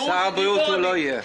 שר הבריאות הוא לא יהיה.